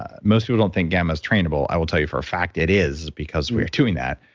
ah most people don't think gamma is trainable, i will tell you for a fact it is because we are doing that.